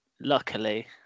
luckily